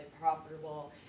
profitable